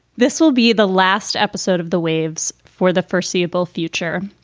this will be the last episode of the waves for the foreseeable future.